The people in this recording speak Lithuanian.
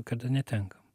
kada netenkam